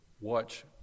watch